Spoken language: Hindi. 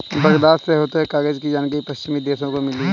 बगदाद से होते हुए कागज की जानकारी पश्चिमी देशों को मिली